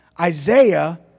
Isaiah